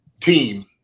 team